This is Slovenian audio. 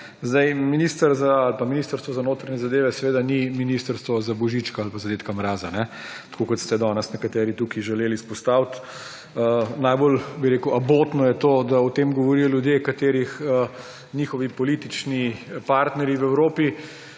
Zdaj, minister ali pa Ministrstvo za notranje zadeve seveda ni ministrstvo za Božička ali pa za Dedka Mraza, tako kot ste danes nekateri tukaj želeli izpostaviti. Najbolj, bi rekel, abotno je to, da o tem govorijo ljudje, katerih njihovi politični partnerji v Evropi